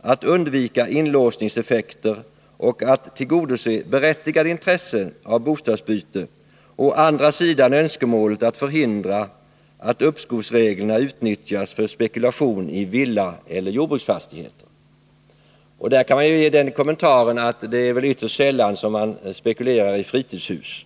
att undvika inlåsningseffekter och att tillgodose berättigade intressen av bostadsbyte och å andra sidan önskemålet att förhindra att uppskovsreglerna utnyttjas för spekulation i villaeller jordbruksfastigheter.” Här kan jag göra den kommentaren att det torde vara ytterst sällan som man spekulerar i fritidshus.